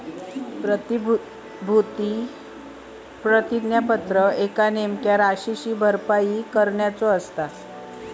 प्रतिभूती प्रतिज्ञापत्र एका नेमक्या राशीची भरपाई करण्याचो असता